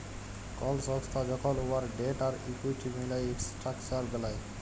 call সংস্থা যখল উয়ার ডেট আর ইকুইটি মিলায় ইসট্রাকচার বেলায়